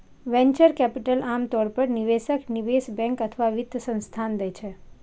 venture capital आम तौर पर निवेशक, निवेश बैंक अथवा वित्त संस्थान दै छै